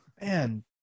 man